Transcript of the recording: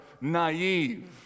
naive